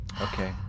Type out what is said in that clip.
Okay